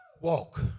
Walk